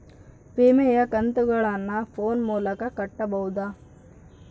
ವಿಮೆಯ ಕಂತುಗಳನ್ನ ಫೋನ್ ಮೂಲಕ ಕಟ್ಟಬಹುದಾ?